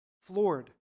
floored